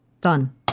Done